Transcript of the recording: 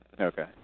Okay